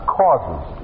causes